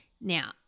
Now